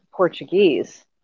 Portuguese